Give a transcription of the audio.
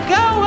go